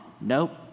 Nope